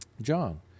John